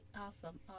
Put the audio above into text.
awesome